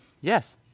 Yes